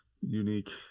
unique